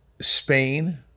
Spain